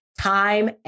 time